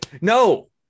No